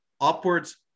upwards